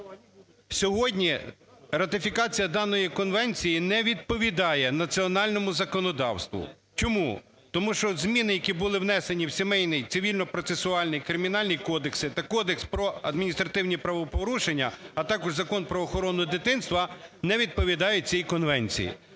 Сьогодні ратифікація даної конвенції не відповідає національному законодавству. Чому? Тому що зміни, які були внесені у Сімейний, Цивільний процесуальний, Кримінальній кодекси та Кодекс про адміністративні правопорушення, а також у Закон "Про охорону дитинства", не відповідають цій конвенції.